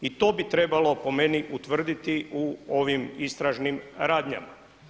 I to bi trebalo po meni utvrditi u ovim istražnim radnjama.